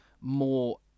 more